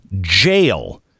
jail